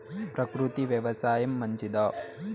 ప్రకృతి వ్యవసాయం మంచిదా?